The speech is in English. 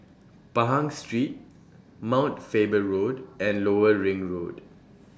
Pahang Street Mount Faber Road and Lower Ring Road